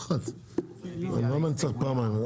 אין חוק פה שעבר כמו שהוא.